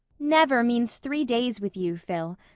never means three days with you, phil.